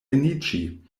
eniĝi